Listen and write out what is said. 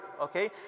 Okay